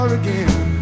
again